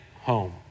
home